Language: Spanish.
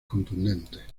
contundentes